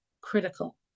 critical